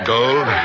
Gold